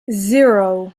zero